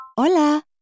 Hola